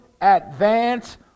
advance